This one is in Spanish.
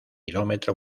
kilómetro